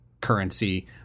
currency